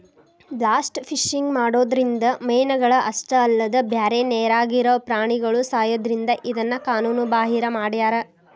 blast fishing ಮಾಡೋದ್ರಿಂದ ಮೇನಗಳ ಅಷ್ಟ ಅಲ್ಲದ ಬ್ಯಾರೆ ನೇರಾಗಿರೋ ಪ್ರಾಣಿಗಳು ಸಾಯೋದ್ರಿಂದ ಇದನ್ನ ಕಾನೂನು ಬಾಹಿರ ಮಾಡ್ಯಾರ